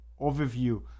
overview